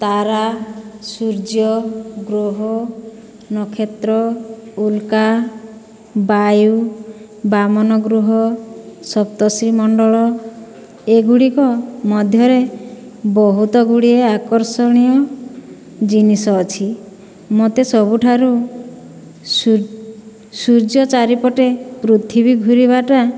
ତାରା ସୂର୍ଯ୍ୟ ଗ୍ରହ ନକ୍ଷତ୍ର ଉଲ୍କା ବାୟୁ ବାମନଗ୍ରହ ସପ୍ତର୍ଷିମଣ୍ଡଳ ଏଗୁଡ଼ିକ ମଧ୍ୟରେ ବହୁତ ଗୁଡ଼ିଏ ଆକର୍ଷଣୀୟ ଜିନିଷ ଅଛି ମତେ ସବୁଠାରୁ ସୂର୍ଯ୍ୟ ଚାରି ପଟେ ପୃଥିବୀ ଘୂରିବାଟା